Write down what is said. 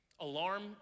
Alarm